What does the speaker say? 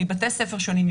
מבתי ספר שונים,